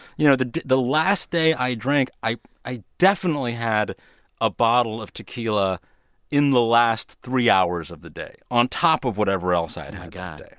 you know, the the last day i drank, i i definitely had a bottle of tequila in the last three hours of the day on top of whatever else i'd had that day